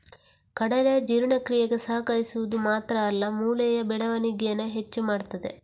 ಕಡಲೆ ಜೀರ್ಣಕ್ರಿಯೆಗೆ ಸಹಕರಿಸುದು ಮಾತ್ರ ಅಲ್ಲ ಮೂಳೆಯ ಬೆಳವಣಿಗೇನ ಹೆಚ್ಚು ಮಾಡ್ತದೆ